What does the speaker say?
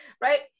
right